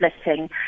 splitting